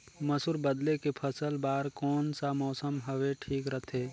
मसुर बदले के फसल बार कोन सा मौसम हवे ठीक रथे?